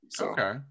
Okay